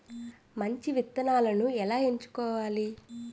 మంచి విత్తనాలను ఎలా ఎంచుకోవాలి?